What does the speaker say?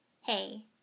Hey